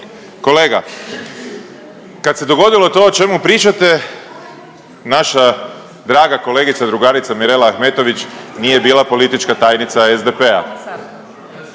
Kolega, kad se dogodilo to o čemu pričate naša draga kolegica drugarica Mirela Ahmetović nije bila politička tajnica SDP-a,